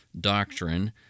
doctrine